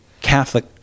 Catholic